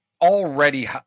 already